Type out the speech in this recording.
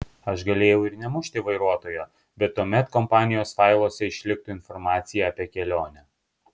aš galėjau ir nemušti vairuotojo bet tuomet kompanijos failuose išliktų informacija apie kelionę